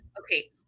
Okay